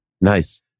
Nice